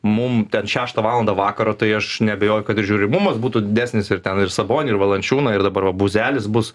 mum ten šeštą valandą vakaro tai aš neabejoju kad ir žiūrimumas būtų didesnis ir ten ir sabonį ir valančiūną ir dabar va buzelis bus